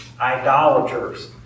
idolaters